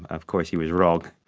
of course he was wrong.